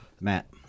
Matt